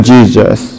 Jesus